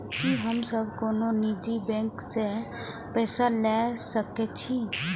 की हम सब कोनो निजी बैंक से पैसा ले सके छी?